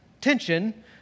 tension